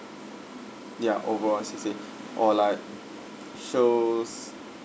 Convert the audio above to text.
ya overall C_C_A or like shows